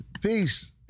Peace